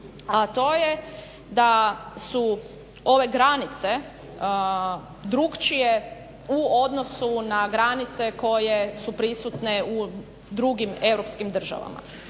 a to je da su ove granice drukčije u odnosu na granice koje su prisutne u drugim europskim državama.